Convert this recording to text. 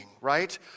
right